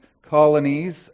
colonies